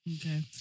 Okay